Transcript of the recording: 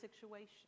situation